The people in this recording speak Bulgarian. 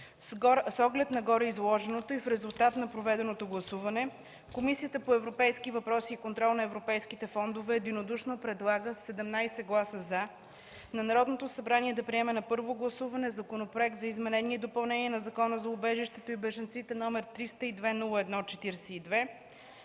С оглед на гореизложеното и в резултат на проведеното гласуване, Комисията по европейските въпроси и контрол на европейските фондове единодушно предлага (със 17 гласа „за”) на Народното събрание да приеме на първо гласуване Законопроект за изменение и допълнение на Закона за убежището и бежанците, № 302-01-42,